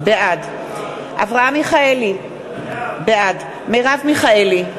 בעד אברהם מיכאלי, בעד מרב מיכאלי,